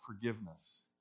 forgiveness